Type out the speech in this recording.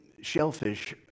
shellfish